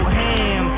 ham